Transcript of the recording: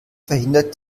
verhindert